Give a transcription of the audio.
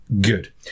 good